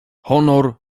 honor